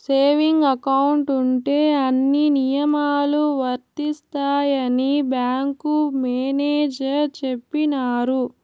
saving account ఉంటే అన్ని నియమాలు వర్తిస్తాయని బ్యాంకు మేనేజర్ చెప్పినారు